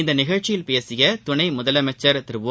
இந்நிகழ்ச்சியில் பேசிய துணை முதலமைச்சர் திரு ஓ